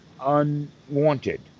unwanted